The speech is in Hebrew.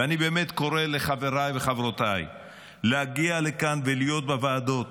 ואני באמת קורא לחבריי וחברותיי להגיע לכאן ולהיות בוועדות.